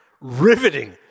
riveting